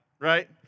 right